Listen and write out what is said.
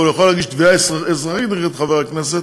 אבל הוא יכול להגיש תביעה אזרחית נגד חבר הכנסת